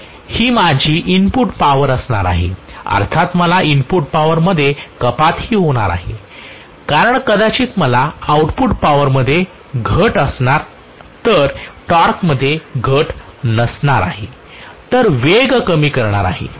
तर ही माझी इनपुट पॉवर असणार आहे अर्थात मला इनपुट पॉवरमध्ये कपातही होणार आहे कारण कदाचित मला आउटपुट पॉवरमध्ये घट असणार तर टॉर्कमध्ये घट नसणार आहे तर वेग कमी करणार आहे